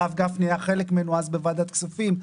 הרב גפני היה חלק ממנו אז בוועדת כספים,